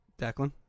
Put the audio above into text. Declan